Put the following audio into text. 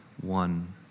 one